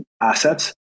assets